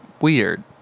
weird